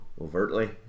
overtly